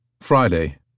Friday